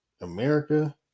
America